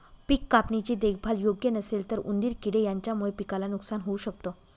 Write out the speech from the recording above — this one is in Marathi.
पिक कापणी ची देखभाल योग्य नसेल तर उंदीर किडे यांच्यामुळे पिकाला नुकसान होऊ शकत